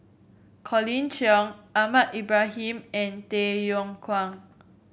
Colin Cheong Ahmad Ibrahim and Tay Yong Kwang